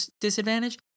disadvantage